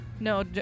No